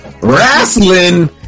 Wrestling